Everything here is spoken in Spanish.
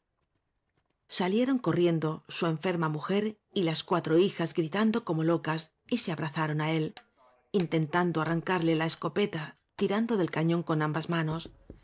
salieron corriendo su enferma mujer y las cuatro hijas gritando como locas y se abrazaron á él intentando arrancarle la es copeta tirando del cañón con ambas manos